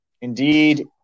Indeed